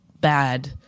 bad